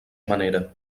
manera